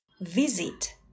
Visit